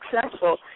successful